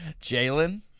Jalen